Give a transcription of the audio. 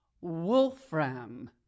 Wolfram